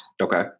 Okay